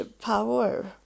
power